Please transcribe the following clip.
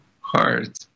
hard